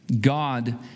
God